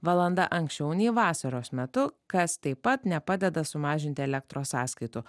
valanda anksčiau nei vasaros metu kas taip pat nepadeda sumažinti elektros sąskaitų